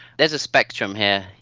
there is a spectrum here.